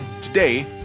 Today